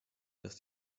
dass